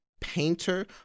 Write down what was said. painter